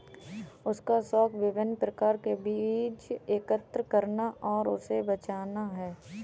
उसका शौक विभिन्न प्रकार के बीज एकत्र करना और उसे बचाना है